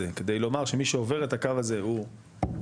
כדי לומר שמי שעובר את הקו הזה הוא בגיהינום,